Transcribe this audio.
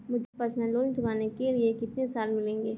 मुझे personal loan चुकाने के लिए कितने साल मिलेंगे?